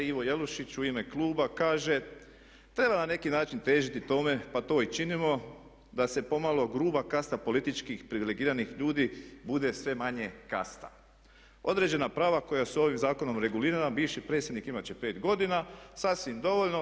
Ivo Jelušić u ime kluba kaže: „Treba na neki način težiti tome, pa to i činimo da se pomalo gruba kasta političkih, privilegiranih ljudi bude sve manje kasta.“ Određena prava koja su ovim zakonom regulirana bivši predsjednik imat će 5 godina, sasvim dovoljno.